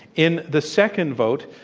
in the second vote,